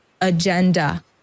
agenda